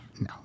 no